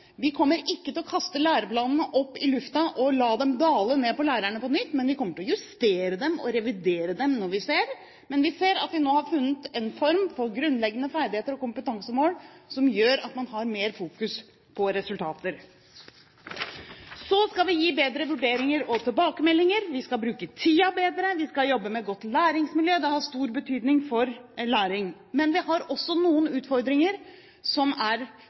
Vi kommer ikke til å kaste læreplanene opp i lufta og la dem dale ned på lærerne på nytt, men vi kommer til å justere dem og revidere dem når vi ser det nødvendig. Men vi ser at vi nå har funnet en form når det gjelder grunnleggende ferdigheter og kompetansemål som gjør at man har mer fokus på resultater. Så skal vi gi bedre vurderinger og tilbakemeldinger. Vi skal bruke tiden bedre. Vi skal jobbe med et godt læringsmiljø. Det har stor betydning for læring. Men vi har også noen utfordringer som